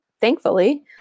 thankfully